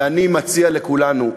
ואני מציע לכולנו,